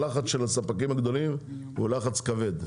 הלחץ של הספקים הגדולים הוא לחץ כבד.